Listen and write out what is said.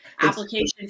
applications